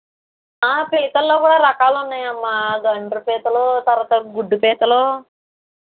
పీతల్లో కూడ రకాలు ఉన్నాయమ్మా గండ్ర పీతలు తర్వాత గుడ్డు పీతలు